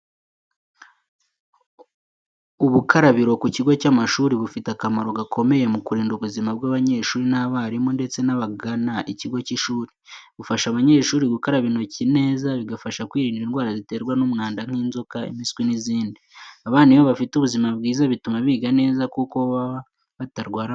Ubukarabiro ku kigo cy’amashuri bufite akamaro gakomeye mu kurinda ubuzima bw’abanyeshuri n’abarimu ndetse n'abagana ikigo cy'ishuri, bufasha abanyeshuri gukaraba intoki neza, bigafasha kwirinda indwara ziterwa n’umwanda nk’inzoka, impiswi n’izindi. Abana iyo bafite buzima bwiza bituma biga neza kuko baba batarwaragurika.